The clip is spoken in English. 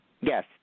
Yes